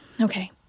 Okay